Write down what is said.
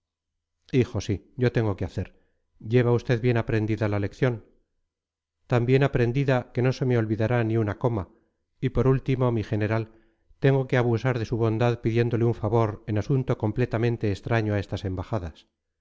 hijo sí yo tengo que hacer lleva usted bien aprendida la lección tan bien aprendida que no se me olvidará ni una coma y por último mi general tengo que abusar de su bondad pidiéndole un favor en asunto completamente extraño a estas embajadas